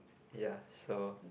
ya so